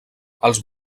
els